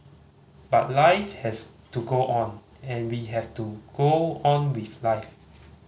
but life has to go on and we have to go on with life